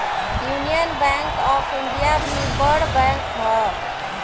union bank of India भी बड़ bank हअ